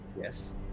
Yes